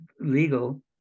legal